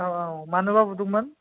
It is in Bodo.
औ औ मानोबा बुदोंमोन